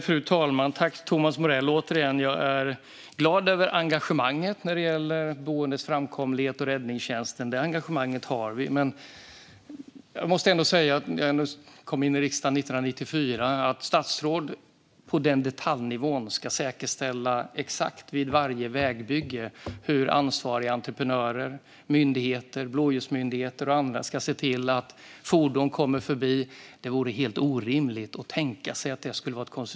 Fru talman! Återigen är jag glad över engagemanget när det gäller boendes framkomlighet och räddningstjänsten. Det engagemanget har vi. Samtidigt måste jag säga: Jag kom in i riksdagen 1994, och att tänka sig att det skulle vara ett konstitutionellt krav att statsråd vid varje vägbygge på detaljnivå skulle säkerställa hur ansvariga entreprenörer, myndigheter, blåljusmyndigheter och andra ska se till att fordon kommer förbi är helt orimligt.